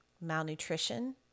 malnutrition